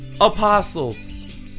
apostles